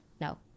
no